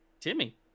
Timmy